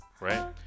right